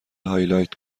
هایلایت